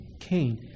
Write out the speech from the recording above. Cain